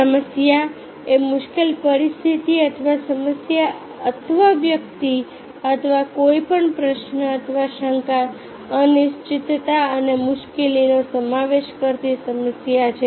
સમસ્યા એ મુશ્કેલ પરિસ્થિતિ અથવા સમસ્યા અથવા વ્યક્તિ અથવા કોઈપણ પ્રશ્ન અથવા શંકા અનિશ્ચિતતા અને મુશ્કેલીનો સમાવેશ કરતી સમસ્યા છે